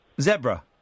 Zebra